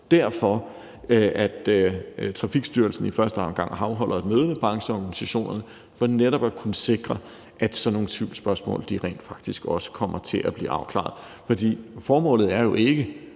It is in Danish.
derfor, Trafikstyrelsen i første omgang afholder et møde med brancheorganisationerne – for netop at kunne sikre, at sådan nogle tvivlsspørgsmål rent faktisk også kommer til at blive afklaret. For formålet er jo ikke,